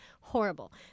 Horrible